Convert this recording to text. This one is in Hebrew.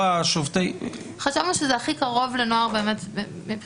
חשבנו שזה הכי קרוב לשופטי נוער מבחינת